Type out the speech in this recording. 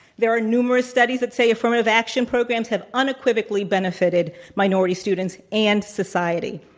there are numerous studies that say affirmative action programs have unequivocally benefitted minority students and society.